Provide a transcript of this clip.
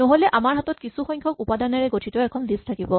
নহ'লে আমাৰ হাতত কিছু সংখ্যক উপাদানেৰে গঠিত এখন লিষ্ট থাকিব